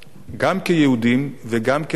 גם כיהודים וגם כמדינת ישראל,